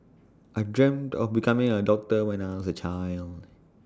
I dreamt of becoming A doctor when I was A child